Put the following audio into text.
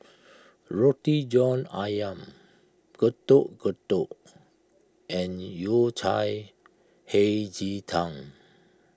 Roti John Ayam Getuk Getuk and Yao Cai Hei Ji Tang